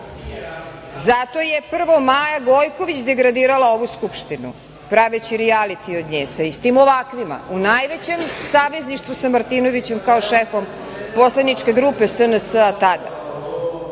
Zato je prvo Maja Gojković degradirala ovu Skupštinu praveći rijaliti od nje sa istim ovakvima, u najvećem savezništvu sa Martinovićem kao šefom poslaničke grupe SNS tada.